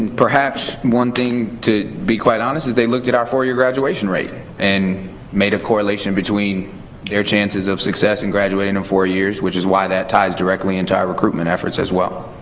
and perhaps, one thing, to be quite honest, is they looked at our four-year graduation rate and made a correlation between their chances of success in graduating in four years. which is why that ties directly into our recruitment efforts, as well.